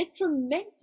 detrimental